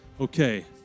Okay